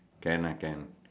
can lah can